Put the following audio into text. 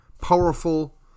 powerful